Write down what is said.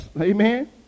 Amen